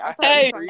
Hey